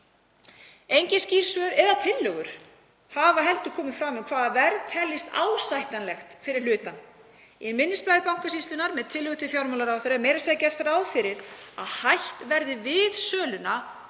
Engin skýr svör eða tillögur hafa heldur komið fram um hvaða verð teljist ásættanlegt fyrir hlutann. Í minnisblaði Bankasýslunnar með tillögu til fjármálaráðherra er meira að segja gert ráð fyrir að hætt verði við söluna ef